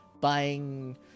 Buying